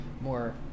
more